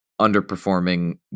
underperforming